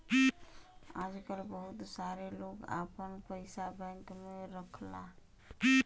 आजकल बहुत सारे लोग आपन पइसा बैंक में रखला